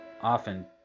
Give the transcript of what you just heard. often